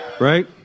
Right